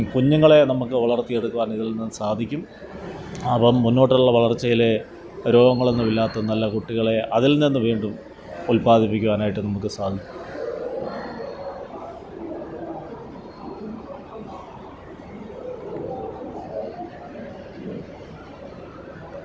കുഞ്ഞുങ്ങളേ നമ്മൾക്ക് വളർത്തിയെടുക്കുവാൻ ഇതിൽ നിന്ന് സാധിക്കും അപ്പം മൂന്നോട്ടുള്ള വളർച്ചയിൽ രോഗങ്ങളൊന്നും ഇല്ലാത്ത നല്ല കുട്ടികളേ അതിൽ നിന്ന് വീണ്ടും ഉൽപ്പാദിപ്പിക്കുവാനായിട്ട് നമുക്ക് സാധിക്കും